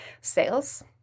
sales